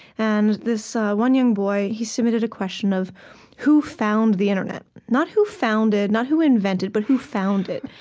and this one young boy, he submitted a question of who found the internet? not who founded, not who invented, but who found it.